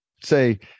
say